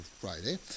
Friday